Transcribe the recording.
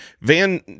Van